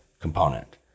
component